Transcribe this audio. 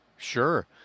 Sure